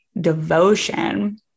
devotion